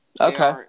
Okay